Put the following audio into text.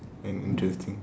and interesting